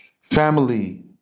family